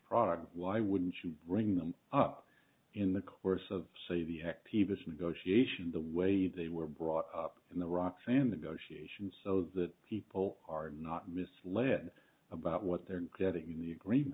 product why wouldn't you bring them up in the course of say the act peevish negotiation the way they were brought up in the rocks and the goshi ation so that people are not misled about what they're getting in the agreement